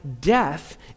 death